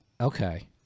Okay